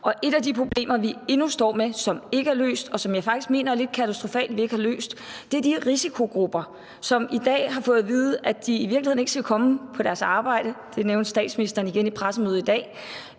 Et af de problemer, som vi endnu står med, og som ikke er løst, og som jeg faktisk mener er lidt katastrofalt at vi ikke har løst, er de her risikogrupper, som i dag har fået at vide, at de i virkeligheden ikke skal komme på deres arbejde – det nævnte statsministeren igen på pressemødet i dag